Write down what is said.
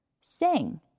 Sing